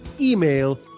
email